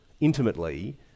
intimately